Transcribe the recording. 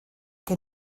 que